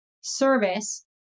service